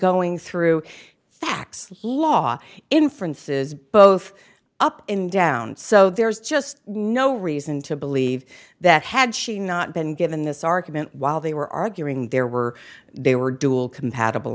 going through facts law inferences both up and down so there is just no reason to believe that had she not been given this argument while they were arguing there were they were dual compatible